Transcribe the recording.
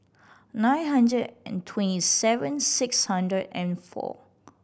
nine hundred and twenty seven six hundred and four